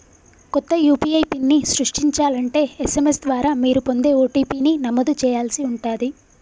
కొత్త యూ.పీ.ఐ పిన్ని సృష్టించాలంటే ఎస్.ఎం.ఎస్ ద్వారా మీరు పొందే ఓ.టీ.పీ ని నమోదు చేయాల్సి ఉంటాది